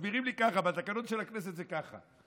מסבירים לי ככה: בתקנות של הכנסת זה ככה.